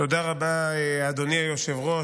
תודה רבה, אדוני היושב-ראש.